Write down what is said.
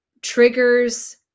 triggers